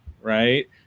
Right